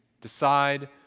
decide